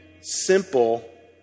Simple